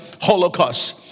holocaust